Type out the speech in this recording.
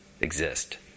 exist